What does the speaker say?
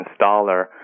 installer